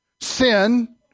Sin